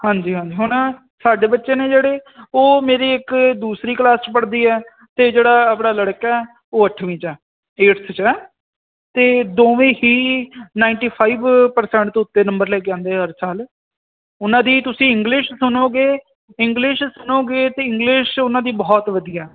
ਹਾਂਜੀ ਹਾਂਜੀ ਹੁਣ ਸਾਡੇ ਬੱਚੇ ਨੇ ਜਿਹੜੇ ਉਹ ਮੇਰੀ ਇੱਕ ਦੂਸਰੀ ਕਲਾਸ 'ਚ ਪੜਦੀ ਹੈ ਤੇ ਜਿਹੜਾ ਆਪਣਾ ਲੜਕਾ ਉਹ ਅੱਠਵੀਂ 'ਚ ਹੈ ਏਟਥ 'ਚ ਤੇ ਦੋਵੇਂ ਹੀ ਨਾਇੰਟੀ ਫ਼ੈਈਵ ਪਰਸੇੰਟ ਤੋਂ ਉੱਤੇ ਨੰਬਰ ਲੈ ਕੇ ਆਉਂਦੇ ਹਰ ਸਾਲ ਉਹਨਾਂ ਦੀ ਤੁਸੀਂ ਇੰਗਲਿਸ਼ ਸੁਣੋਗੇ ਇੰਗਲਿਸ਼ ਸੁਣੋਗੇ ਤੇ ਇੰਗਲਿਸ਼ ਉਹਨਾਂ ਦੀ ਬਹੁਤ ਵਧੀਆ